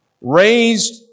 raised